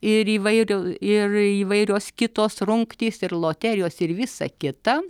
ir įvairio ir įvairios kitos rungtys ir loterijos ir visa kita